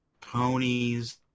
ponies